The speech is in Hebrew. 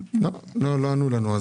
ענו לנו.